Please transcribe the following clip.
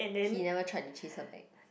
he never tried to chase her back